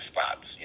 spots